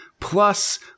Plus